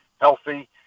healthy